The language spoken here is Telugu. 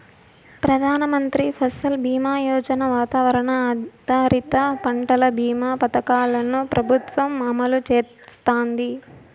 ప్రధాన మంత్రి ఫసల్ బీమా యోజన, వాతావరణ ఆధారిత పంటల భీమా పథకాలను ప్రభుత్వం అమలు చేస్తాంది